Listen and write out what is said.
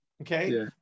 okay